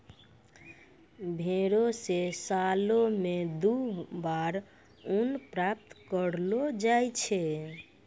भेड़ो से सालो मे दु बार ऊन प्राप्त करलो जाय छै